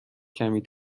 کمی